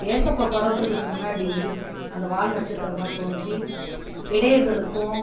இயேசப்பா பொறக்கறதுக்கு முன்னாடி அந்த வால் நட்சத்திரம்தான் தோன்றி இடையர்களுக்கும்